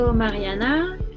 Mariana